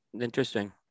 Interesting